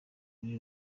muri